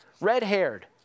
red-haired